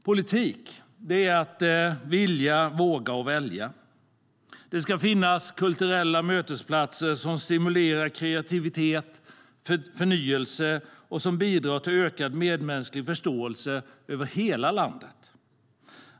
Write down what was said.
Politik är att vilja, våga och välja. Det ska finnas kulturella mötesplatser som stimulerar kreativitet och förnyelse och som bidrar till ökad medmänsklig förståelse över hela landet.